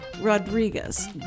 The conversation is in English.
Rodriguez